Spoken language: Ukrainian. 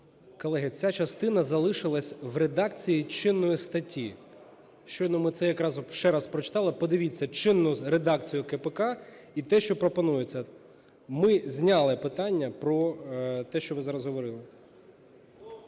Колеги, ця частина залишилася в редакції чинної статті, щойно ми це якраз ще раз прочитали. Подивіться чинну редакцію КПК і те, що пропонується. Ми зняли питання про те, що ви зараз говорили.